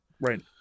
Right